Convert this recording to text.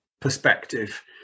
perspective